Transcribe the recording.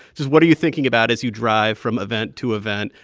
just what are you thinking about as you drive from event to event,